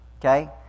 Okay